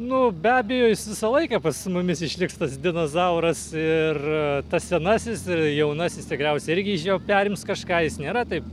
nu be abejo jis visą laiką pas mumis išliks tas dinozauras ir tas senasis ir jaunasis tikriausiai irgi iš jo perims kažką jis nėra taip